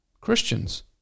Christians